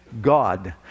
God